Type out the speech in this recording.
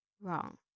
wrong